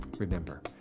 Remember